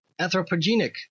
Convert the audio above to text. anthropogenic